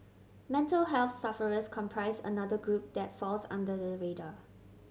mental health sufferers comprise another group that falls under the radar